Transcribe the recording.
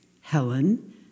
Helen